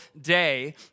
day